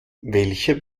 welcher